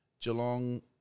Geelong